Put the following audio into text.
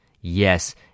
Yes